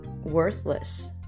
worthless